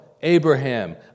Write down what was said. Abraham